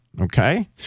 Okay